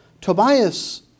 Tobias